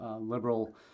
liberal